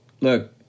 look